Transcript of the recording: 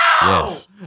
Yes